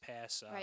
pass